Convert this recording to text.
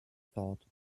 thought